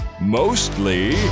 Mostly